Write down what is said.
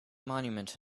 monument